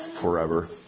forever